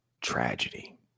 tragedy